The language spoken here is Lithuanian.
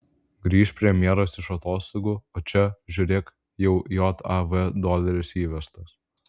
grįš premjeras iš atostogų o čia žiūrėk jau jav doleris įvestas